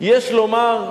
יש לומר,